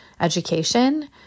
education